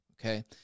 Okay